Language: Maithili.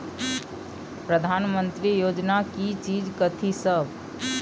प्रधानमंत्री योजना की चीज कथि सब?